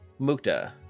Mukta